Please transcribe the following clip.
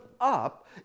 up